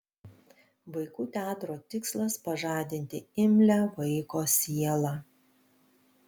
vaikų teatro tikslas pažadinti imlią vaiko sielą